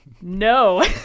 no